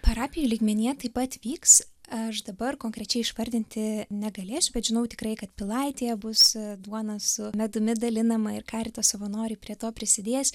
parapijų lygmenyje taip pat vyks aš dabar konkrečiai išvardinti negalėsiu bet žinau tikrai kad pilaitėje bus duona su medumi dalinama ir karito savanoriai prie to prisidės